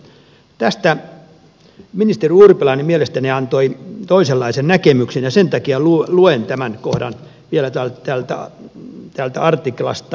tästä ministeri urpilainen mielestäni antoi toisenlaisen näkemyksen ja sen takia luen tämän kohdan vielä täältä artiklasta